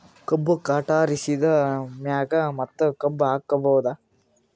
ಕಬ್ಬು ಕಟಾಸಿದ್ ಮ್ಯಾಗ ಮತ್ತ ಕಬ್ಬು ಹಾಕಬಹುದಾ?